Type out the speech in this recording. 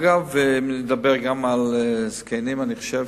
אגב, אם לדבר גם על זקנים, אני חושב